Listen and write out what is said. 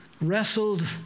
wrestled